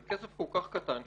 זה כסף כל כך קטן שתקוע,